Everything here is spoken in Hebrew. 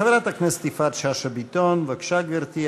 חברת הכנסת יפעת שאשא ביטון, בבקשה, גברתי.